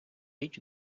річ